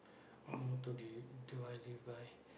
what motto do you do I live by